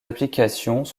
applications